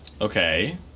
Okay